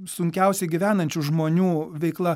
sunkiausiai gyvenančių žmonių veikla